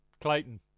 Clayton